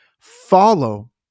follow